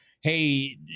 hey